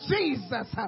Jesus